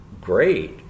great